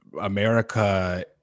america